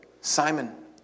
Simon